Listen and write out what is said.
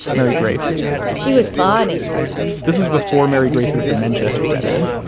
mary grace she was funny this was before mary grace's dementia had set in.